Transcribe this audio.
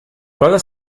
cosa